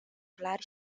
clar